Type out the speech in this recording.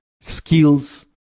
skills